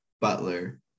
Butler